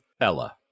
Ella